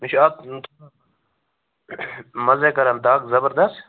مےٚ چھُ اَتھ منٛزٕے کَران دَگ زَبردس